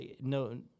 no